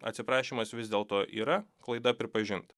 atsiprašymas vis dėlto yra klaida pripažinta